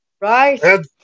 right